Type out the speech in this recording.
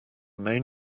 main